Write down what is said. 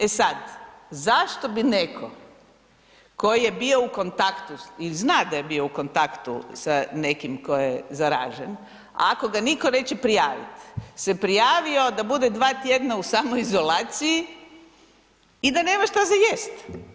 E sad, zašto bi netko tko je bio u kontaktu i zna da je bio u kontaktu sa nekim tko je zaražen, ako ga nitko neće prijaviti, se prijavio da bude 2 tjedna u samoizolaciji i da nema što za jest.